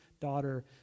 daughter